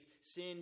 sin